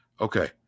Okay